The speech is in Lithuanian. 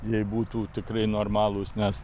jei būtų tikrai normalūs nes